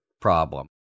problem